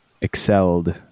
excelled